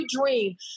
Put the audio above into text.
dream